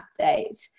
update